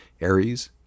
Aries